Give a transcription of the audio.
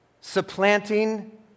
supplanting